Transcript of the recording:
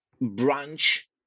branch